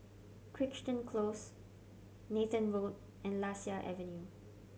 Crichton Close Nathan Road and Lasia Avenue